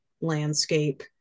landscape